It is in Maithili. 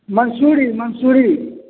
मंसूरी मंसूरी